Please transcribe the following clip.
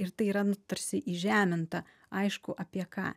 ir tai yra nu tarsi įžeminta aišku apie ką